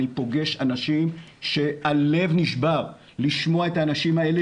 אני פוגש אנשים שהלב נשבר לשמוע את האנשים האלה